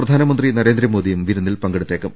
പ്രധാ നമന്ത്രി നരേന്ദ്രമോദിയും വിരുന്നിൽ പങ്കെടുത്തേക്കും